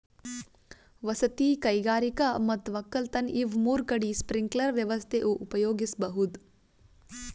ವಸತಿ ಕೈಗಾರಿಕಾ ಮತ್ ವಕ್ಕಲತನ್ ಇವ್ ಮೂರ್ ಕಡಿ ಸ್ಪ್ರಿಂಕ್ಲರ್ ವ್ಯವಸ್ಥೆ ಉಪಯೋಗಿಸ್ಬಹುದ್